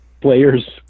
players